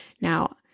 Now